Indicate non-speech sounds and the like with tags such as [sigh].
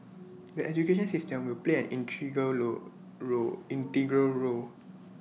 the education system will play an [unintelligible] role role integral role